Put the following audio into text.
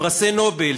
פרסי נובל,